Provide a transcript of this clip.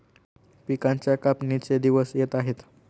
पिकांच्या कापणीचे दिवस येत आहेत